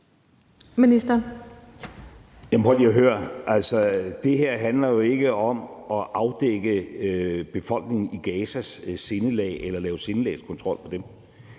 Det her handler jo ikke om at afdække befolkningen i Gazas sindelag eller om at lave sindelagskontrol på dem.